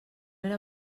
era